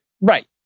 Right